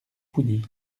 pougny